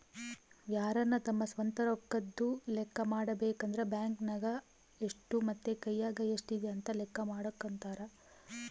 ಯಾರನ ತಮ್ಮ ಸ್ವಂತ ರೊಕ್ಕದ್ದು ಲೆಕ್ಕ ಮಾಡಬೇಕಂದ್ರ ಬ್ಯಾಂಕ್ ನಗ ಎಷ್ಟು ಮತ್ತೆ ಕೈಯಗ ಎಷ್ಟಿದೆ ಅಂತ ಲೆಕ್ಕ ಮಾಡಕಂತರಾ